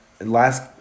last